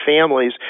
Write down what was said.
families